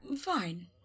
fine